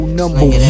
number